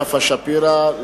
יפה שפירא,